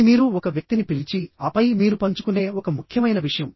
ఇది మీరు ఒక వ్యక్తిని పిలిచి ఆపై మీరు పంచుకునే ఒక ముఖ్యమైన విషయం